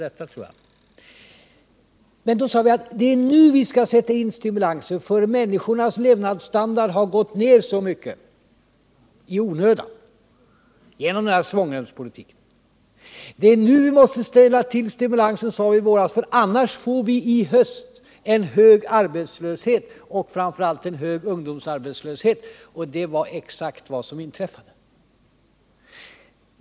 Vi sade då att det är nu man bör sätta in stimulansen, eftersom människornas levnadsstandard till följd av svångremspolitiken har sjunkit så mycket i onödan. Redan i våras sade vi att det är nu vi måste vidta stimulansåtgärder, ty annars får vi en stor arbetslöshet i höst, framför allt en stor ungdomsarbetslöshet. Det var också exakt vad som inträffade.